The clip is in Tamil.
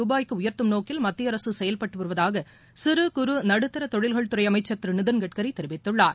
ருபாய்க்கு உயர்த்தும் நோக்கில் மத்திய அரசு செயல்பட்டு வருவதாக சிறுகுறு நடுத்தர தொழில்கள் துறை அமைச்சர் திரு நிதின் கட்கரி தெரிவித்துள்ளார்